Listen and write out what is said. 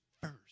first